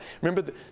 remember